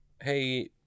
hey